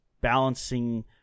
balancing